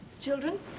Children